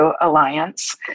alliance